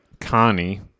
Connie